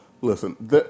Listen